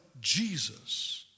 Jesus